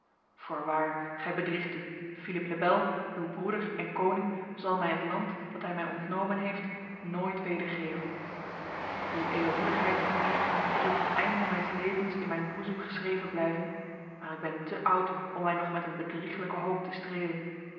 voorwaar gij bedriegt u philippe le bel uw broeder en koning zal mij het land dat hij mij ontnomen heeft nooit wedergeven uw edelmoedigheid mijnheer zal tot het einde mijns levens in mijn boezem geschreven blijven maar ik ben te oud om mij nog met een bedriegelijke hoop te strelen